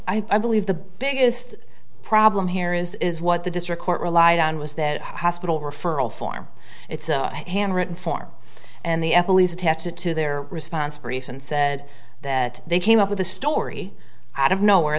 i believe the biggest problem here is what the district court relied on was that hospital referral form it's a handwritten form and the epilogue is attached to their response brief and said that they came up with a story out of nowhere